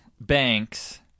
Banks